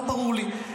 לא ברור לי.